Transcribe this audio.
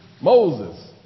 Moses